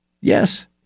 Yes